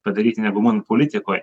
padaryti negu būnant politikoj